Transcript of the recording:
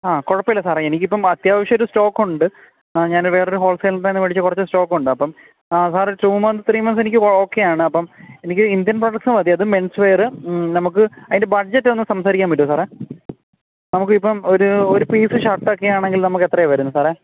ആ കുഴപ്പം ഇല്ല സാറേ എനിക്ക് ഇപ്പം അത്യാവശ്യമായിട്ട് സ്റ്റോക്ക് ഉണ്ട് അ ഞാൻ വേറൊരു ഹോൾസെയിലിൻ്റെയിൽനിന്ന് വേടിച്ച കുറച്ച് സ്റ്റോക്ക് ഉണ്ട് അപ്പം ആ sir two months three months എനിക്ക് ഓക്കെയാണ് അപ്പം എനിക്ക് ഇൻഡ്യൻ പ്രോഡക്ട്സ് മതി അത് മെൻസ് വെയറ് നമുക്ക് അതിൻ്റെ ബഡ്ജറ്റ് ഒന്ന് സംസാരിക്കാൻ പറ്റുമോ സാറേ നമുക്ക് ഇപ്പം ഒരു ഒരു പീസ് ഷർട്ട് ഒക്കെയാണെങ്കിൽ നമുക്ക് എത്രയാ വരുന്നത് സാറേ